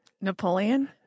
Napoleon